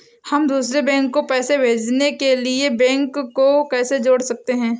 हम दूसरे बैंक को पैसे भेजने के लिए बैंक को कैसे जोड़ सकते हैं?